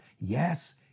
Yes